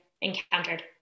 encountered